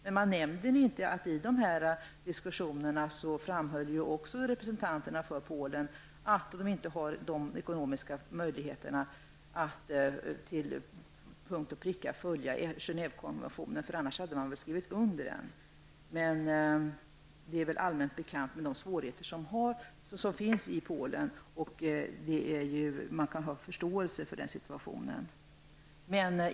Men man nämner inte att representanterna från Polen framhöll att de inte har de ekonomiska möjligheterna att till punkt och pricka följa Genèvekonventionen. Annars hade väl Polen skrivit under den. Det är allmänt bekant vilka svårigheter som finns i Polen. Man kan ha förståelse för den situationen.